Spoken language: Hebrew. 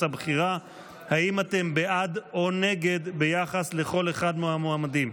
הבחירה אם אתם בעד או נגד ביחס לכל אחד מהמועמדים.